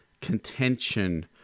contention